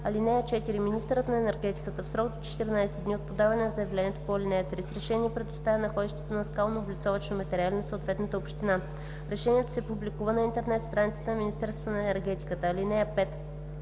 (4) Министърът на енергетиката в срок до 14 дни от подаване на заявлението по ал. 3 с решение предоставя находището на скалнооблицовъчни материали на съответната община. Решението се публикува на интернет страницата на Министерството на енергетиката. (5)